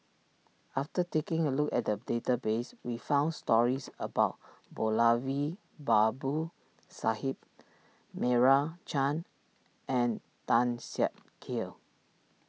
after taking a look at the database we found stories about Moulavi Babu Sahib Meira Chand and Tan Siak Kew